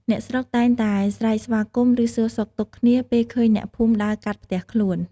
អ្នកស្រុកតែងតែស្រែកស្វាគមន៍ ឬសួរសុខទុក្ខគ្នា ពេលឃើញអ្នកភូមិដើរកាត់ផ្ទះខ្លួន។